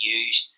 use